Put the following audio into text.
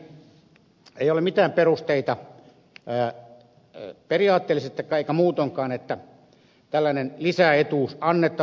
mielestäni ei ole mitään perusteita periaatteellisesti eikä muutoinkaan että tällainen lisäetuus annetaan